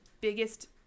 biggest